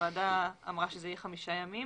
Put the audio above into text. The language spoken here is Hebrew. הוועדה אמרה שאלה יהיו חמישה ימים